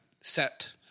set